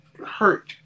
hurt